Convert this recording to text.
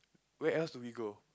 where else do we go